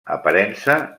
aparença